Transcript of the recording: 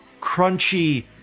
crunchy